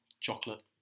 Chocolate